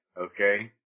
Okay